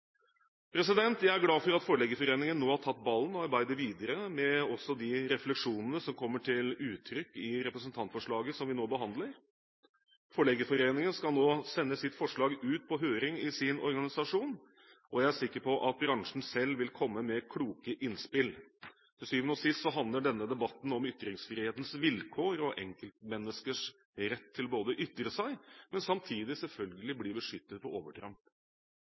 Jeg er glad for at Forleggerforeningen nå har tatt ballen og arbeider videre med også de refleksjonene som kommer til uttrykk i representantforslaget som vi nå behandler. Forleggerforeningen skal nå sende sitt forslag ut på høring i sin organisasjon, og jeg er sikker på at bransjen selv vil komme med kloke innspill. Til syvende og sist handler denne debatten om ytringsfrihetens vilkår og enkeltmenneskers rett til å ytre seg, men samtidig også selvfølgelig om å bli beskyttet mot overtramp.